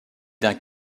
d’un